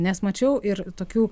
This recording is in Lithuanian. nes mačiau ir tokių